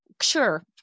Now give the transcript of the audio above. sure